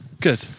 Good